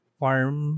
farm